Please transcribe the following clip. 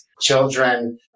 children